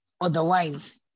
otherwise